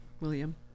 William